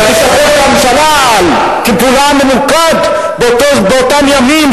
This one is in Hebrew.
שאני אשבח את הממשלה על טיפולה הממוקד באותם ימים,